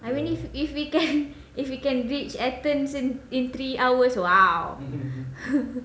I mean if if we can if we can reach athens and in three hours !wow!